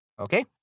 okay